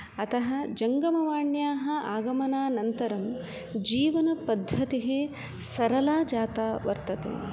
अतः जङ्गमवाण्याः आगमनानन्तरं जीवनपद्धतिः सरला जाता वर्तते